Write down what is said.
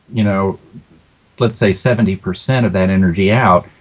you know let's say, seventy percent of that energy out,